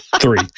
Three